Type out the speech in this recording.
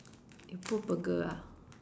you put burger ah